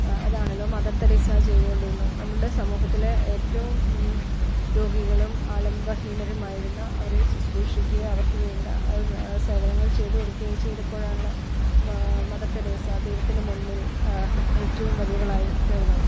അതാണല്ലോ Mother Teresa ചെയ്തുകൊണ്ടിരുന്നത് നമ്മളുടെ സമൂഹത്തിലെ ഏറ്റവും രോഗികളും ആലംബഹീനരും ആയിരുന്ന അവരെ ശുശ്രൂഷിക്കുക അവർക്ക് വേണ്ട സേവനങ്ങൾ ചെയ്തുകൊടുക്കുകയും ചെയ്തപ്പോഴാണല്ലോ മദർ തെരേസ ദൈവത്തിനു മുമ്പിൽ ഏറ്റവും വലിയവളായി തീർന്നത്